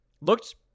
looked